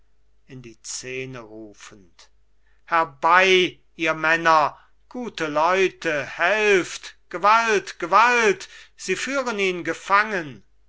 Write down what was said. herbei ihr männer gute leute helft gewalt gewalt sie führen ihn gefangen